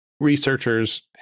researchers